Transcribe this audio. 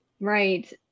right